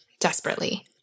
desperately